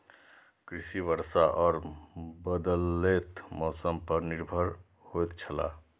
कृषि वर्षा और बदलेत मौसम पर निर्भर होयत छला